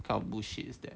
kind of bullshit is that